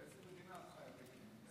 באיזה מדינה את חיה, תגידי לי?